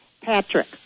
patrick